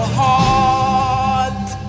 heart